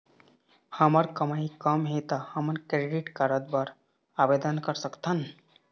हमर कमाई कम हे ता हमन क्रेडिट कारड बर आवेदन कर सकथन?